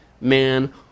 man